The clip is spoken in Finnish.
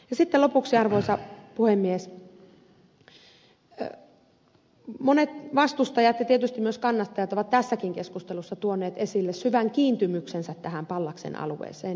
sitten lopuksi arvoisa puhemies monet vastustajat ja tietysti myös kannattajat ovat tässäkin keskustelussa tuoneet esille syvän kiintymyksensä pallaksen alueeseen